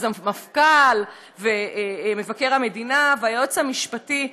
המפכ"ל ומבקר המדינה והיועץ המשפטי,